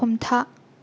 हमथा